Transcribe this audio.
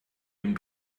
dem